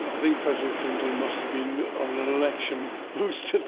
i think president clinton must have been on an election boost